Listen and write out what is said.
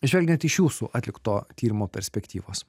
žvelgiant iš jūsų atlikto tyrimo perspektyvos